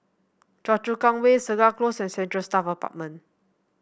Choa Chu Kang Way Segar Close and Central Staff Apartment